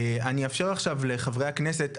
אני אאפשר עכשיו לחברי הכנסת,